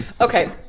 Okay